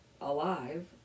alive